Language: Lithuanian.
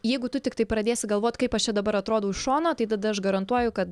jeigu tu tiktai pradėsi galvot kaip aš čia dabar atrodau iš šono tai tada aš garantuoju kad